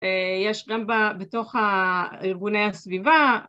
יש גם בתוך ה.. ארגוני הסביבה